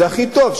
זה הכי טוב,